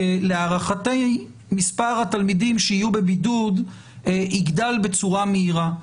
כי להערכתי מספר התלמידים שיהיו בבידוד יגדל בצורה מהירה.